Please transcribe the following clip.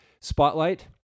spotlight